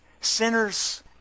sinners